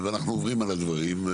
ואנחנו עוברים על הדברים.